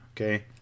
okay